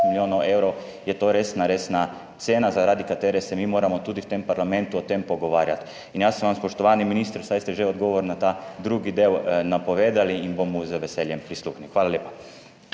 milijonov evrov, to je resna resna cena, zaradi katere se moramo mi tudi v tem parlamentu o tem pogovarjati. Jaz vam bom, spoštovani minister, saj ste že odgovor na ta drugi del napovedali, z veseljem prisluhnil. Hvala lepa.